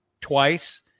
twice